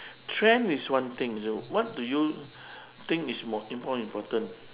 trend is one thing what do you think is more more important